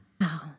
Wow